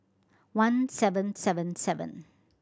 one seven seven seven